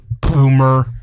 boomer